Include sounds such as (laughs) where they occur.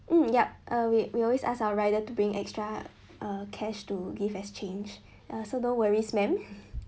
mm yup uh we we always ask our rider to bring extra uh cash to give exchange uh so don't worries madam (laughs)